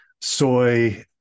soy